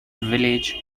village